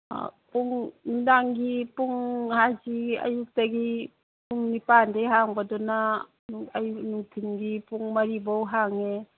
ꯑꯥ ꯄꯨꯡ ꯅꯨꯡꯗꯥꯡꯒꯤ ꯄꯨꯡ ꯍꯥꯏꯁꯤ ꯑꯌꯨꯛꯇꯒꯤ ꯄꯨꯡ ꯅꯤꯄꯥꯜꯗꯒꯤ ꯍꯥꯡꯕꯗꯨꯅ ꯅꯨꯡꯊꯤꯟꯒꯤ ꯄꯨꯡ ꯃꯔꯤ ꯐꯥꯎ ꯍꯥꯡꯉꯦ